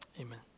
Amen